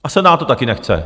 A Senát to taky nechce.